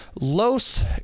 Los